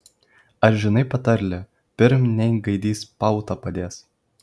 ar žinai patarlę pirm nei gaidys pautą padės